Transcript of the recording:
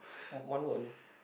one word only